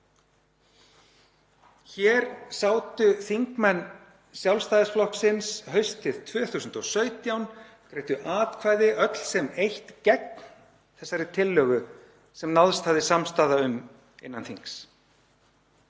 Hér sátu þingmenn Sjálfstæðisflokksins haustið 2017 og greiddu atkvæði, öll sem eitt, gegn þessari tillögu sem náðst hafði samstaða um innan þings.